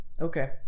okay